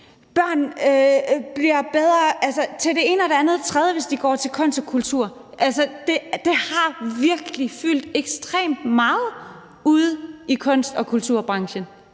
børn bliver bedre til det ene og det andet og det tredje, hvis de går til kunst og kultur. Det har virkelig fyldt ekstremt meget ude i kunst- og kulturbranchen.